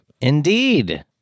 Indeed